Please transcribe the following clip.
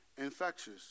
infectious